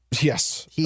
Yes